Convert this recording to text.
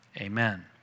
Amen